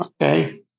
Okay